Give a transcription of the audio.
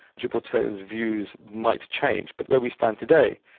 gibraltarians' views might change. but where we stand today,